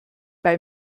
bei